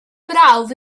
brawf